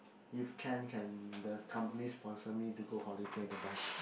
if can can there's company sponsor me to go holiday the best